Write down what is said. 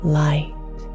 light